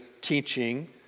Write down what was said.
teaching